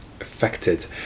affected